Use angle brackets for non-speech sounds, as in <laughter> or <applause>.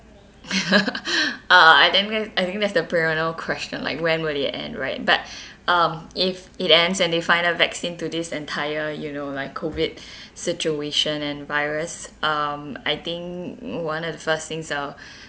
<laughs> uh I th~ I think that's the perennial question like when will it end right but um if it ends and they find a vaccine to this and entire you know like COVID situation and virus um I think one of the first things I'll